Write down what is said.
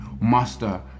master